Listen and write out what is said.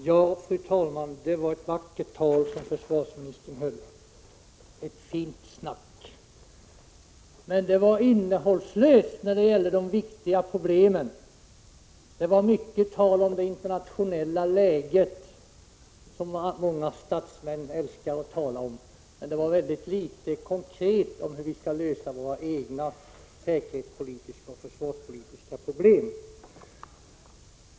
Fru talman! Det var ett vackert tal som försvarsministern höll — det var ett fint snack — men det var innehållslöst när det gällde de viktiga problemen. Det var mycket tal om det internationella läget, som statsmän älskar att tala om, men talet innehöll mycket litet konkret om hur vi skall lösa våra egna säkerhetspolitiska och försvarspolitiska problem.